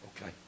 Okay